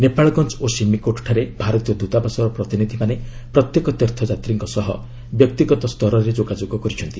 ନେପାଳଗଞ୍ଜ୍ ଓ ସୀମିକୋଟ୍ଠାରେ ଭାରତୀୟ ଦ୍ୱତାବାସର ପ୍ରତିନିଧିମାନେ ପ୍ରତ୍ୟେକ ତୀର୍ଥଯାତ୍ରୀଙ୍କ ସହ ବ୍ୟକ୍ତିଗତ ସ୍ତରରେ ଯୋଗାଯୋଗ କରିଛନ୍ତି